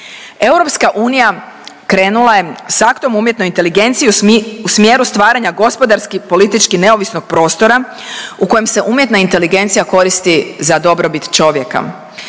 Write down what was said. druge stvari. EU krenula je s aktom o umjetnoj inteligenciji u smjeru stvaranja gospodarski i politički neovisnog prostora u kojem se umjetna inteligencija koristi za dobrobit čovjeka.